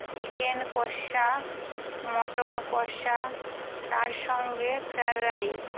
chicken কষা mutton কষা তার সঙ্গে ফ্রায়েড রাইস